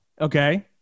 Okay